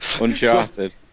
Uncharted